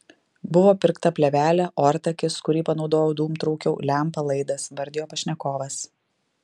buvo pirkta plėvelė ortakis kurį panaudojau dūmtraukiui lempa laidas vardijo pašnekovas